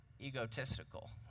egotistical